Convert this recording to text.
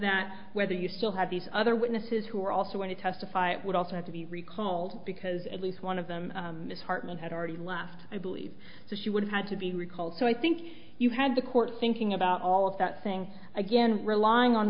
that whether you still have these other witnesses who are also going to testify it would also have to be recalled because at least one of them is hartman had already left i believe so she would have had to be recalled so i think you had the court thinking about all of that thing again relying on